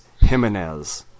Jimenez